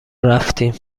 رفتیم